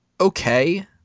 okay